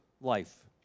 life